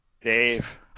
Dave